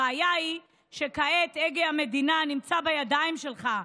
הבעיה היא שכעת הגה המדינה נמצא בידיים שלך,